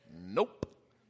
nope